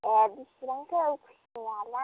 ए बेसेबांथो खुसियाआलाय